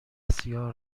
سیاه